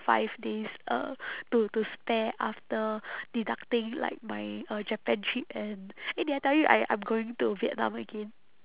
five days uh to to spare after deducting like my uh japan trip and eh did I tell you I I'm going to vietnam again